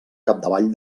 capdavall